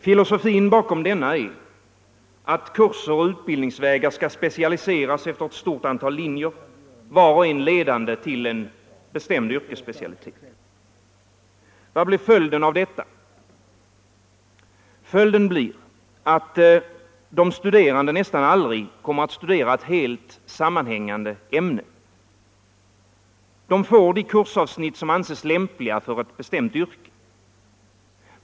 Filosofin bakom denna är, att kurser och utbildningsvägar skall specialiseras efter ett stort antal linjer, var och en ledande till en bestämd yrkesspecialitet. Vad blir följden av detta? Följden blir att de studerande nästan aldrig kommer att studera ett helt, sammanhängande ämne. De får de kursavsnitt som anses lämpliga för ett bestämt yrke.